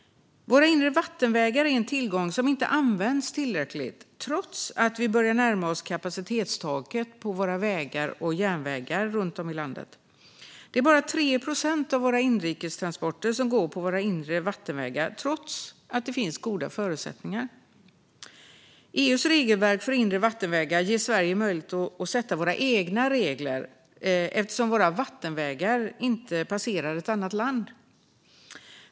Våra inre vattenvägar är en tillgång som inte används tillräckligt, trots att vi börjar närma oss kapacitetstaket på våra vägar och järnvägar runt om i landet. Det är bara 3 procent av våra inrikes transporter som går på våra inre vattenvägar, trots att det finns goda förutsättningar. EU:s regelverk för inre vattenvägar ger Sverige möjlighet att sätta egna regler, eftersom våra vattenvägar inte passerar ett annat land.